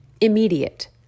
immediate